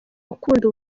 ukunda